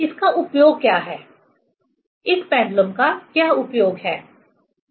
इसका उपयोग क्या है इस पेंडुलम का क्या उपयोग है